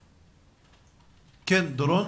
דורון,